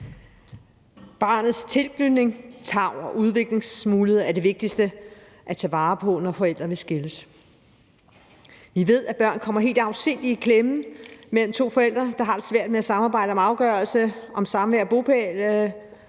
Barnets tilknytning, tarv og udviklingsmuligheder er det vigtigste at tage vare på, når forældrene bliver skilt. Vi ved, at børn kommer helt afsindig meget i klemme mellem to forældre, der har det svært med at samarbejde om en afgørelse om samvær og bopæl,